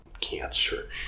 cancer